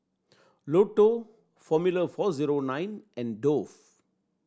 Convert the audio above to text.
Lotto Formula Four Zero Nine and Dove